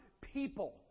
people